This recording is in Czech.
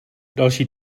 další